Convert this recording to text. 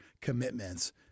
commitments